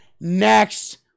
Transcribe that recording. next